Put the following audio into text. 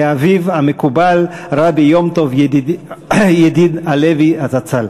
לאביו המקובל רבי יום-טוב ידיד הלוי זצ"ל.